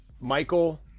Michael